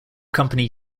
company